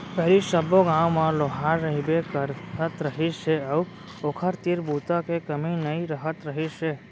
पहिली सब्बो गाँव म लोहार रहिबे करत रहिस हे अउ ओखर तीर बूता के कमी नइ रहत रहिस हे